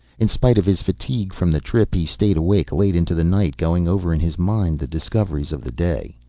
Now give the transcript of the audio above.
in spite of his fatigue from the trip, he stayed awake late into the night, going over in his mind the discoveries of the day.